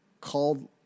called